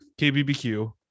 KBBQ